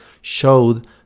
showed